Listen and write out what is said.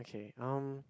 okay um